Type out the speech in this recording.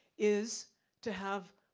is to have,